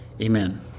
Amen